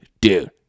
dude